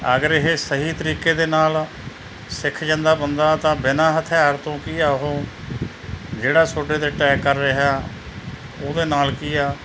ਅਗਰ ਇਹ ਸਹੀ ਤਰੀਕੇ ਦੇ ਨਾਲ ਸਿੱਖ ਜਾਂਦਾ ਬੰਦਾ ਤਾਂ ਬਿਨਾਂ ਹਥਿਆਰ ਤੋਂ ਕੀ ਆ ਉਹ ਜਿਹੜਾ ਤੁਹਾਡੇ 'ਤੇ ਅਟੈਕ ਕਰ ਰਿਹਾ ਉਹਦੇ ਨਾਲ ਕੀ ਆ